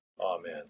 Amen